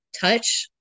touch